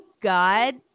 God